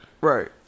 Right